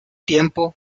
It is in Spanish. tiempo